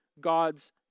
God's